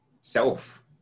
self